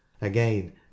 Again